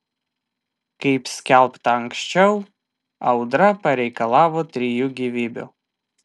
kaip skelbta anksčiau audra pareikalavo trijų gyvybių